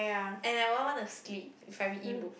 and I will all wanna sleep if I read Ebooks